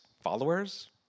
followers